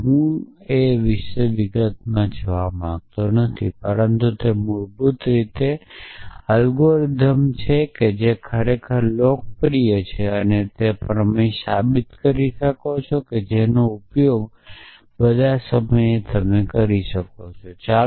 હું છું કે આપણે તેના વિશે વિગતોમાં જવું નથી પરંતુ તે મૂળભૂત રીતે પુત્ર છે એલ્ગોરિધમનો ખાય છે જે ખરેખર લોકપ્રિય છે અને પ્રમેય સાબિત કરે છે અને આપણે તેનો ઉપયોગ બધા સમય માટે કરીએ છીએ